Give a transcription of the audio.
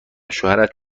شوهرت